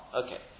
okay